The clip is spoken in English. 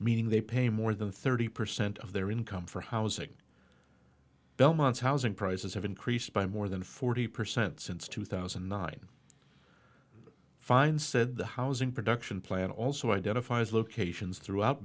meaning they pay more than thirty percent of their income for housing belmont's housing prices have increased by more than forty percent since two thousand and nine fine said the housing production plan also identifies locations throughout